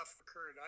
occurred